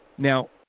Now